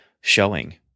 showing